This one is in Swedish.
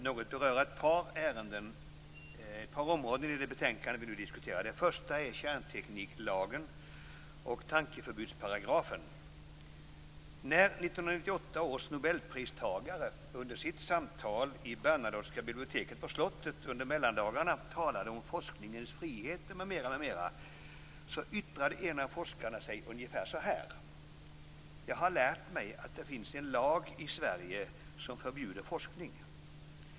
Fru talman! Jag vill något beröra ett par områden i det betänkande som vi nu diskuterar. Det första är kärntekniklagen och tankeförbudsparagrafen. Bernadotteska biblioteket på slottet under mellandagarna talade om forskningens frihet m.m. yttrade en av forskarna sig ungefär så här: Jag har lärt mig att det finns en lag i Sverige som förbjuder forskning.